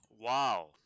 Wow